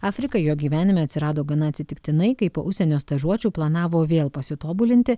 afrika jo gyvenime atsirado gana atsitiktinai kai po užsienio stažuočių planavo vėl pasitobulinti